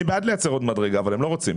אני בעד לייצר עוד מדרגה אבל הם לא רוצים.